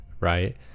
right